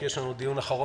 כי יש לנו עוד דיון אחרון,